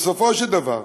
בסופו של דבר,